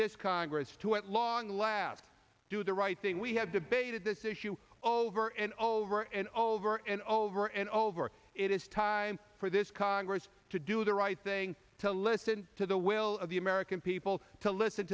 this congress to at long last do the right thing we have debated this issue over and over and over and over and over it is time for this congress to do the right thing to listen to the will of the american people to listen